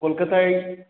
কলকাতায়